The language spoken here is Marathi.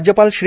राज्यपाल श्री